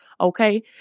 Okay